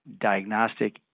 diagnostic